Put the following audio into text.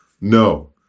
No